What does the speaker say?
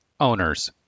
Owners